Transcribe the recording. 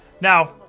now